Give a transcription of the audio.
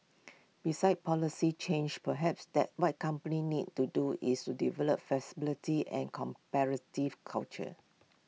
besides policy change perhaps that my companies need to do is to develop flexibility and comparative culture